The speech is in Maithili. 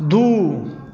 दू